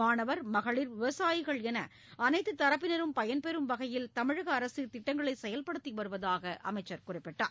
மாணவர் மகளிர் விவசாயிகள் என அனைத்துத் தரப்பினரும் பயன்பெறும் வகையில் தமிழக அரசு திட்டங்களை செயல்படுத்தி வருவதாக அமைச்சர் குறிப்பிட்டார்